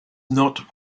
not